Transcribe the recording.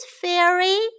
Fairy